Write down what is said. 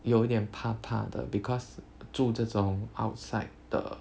有一点怕怕的 because 住这种 outside 的